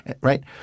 Right